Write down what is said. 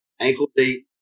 ankle-deep